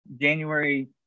January